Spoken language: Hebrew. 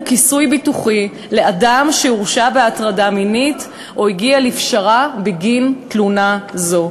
כיסוי ביטוחי לאדם שהורשע בהטרדה מינית או הגיע לפשרה בגין תלונה זו.